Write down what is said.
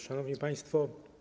Szanowni Państwo!